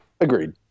Agreed